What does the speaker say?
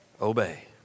Obey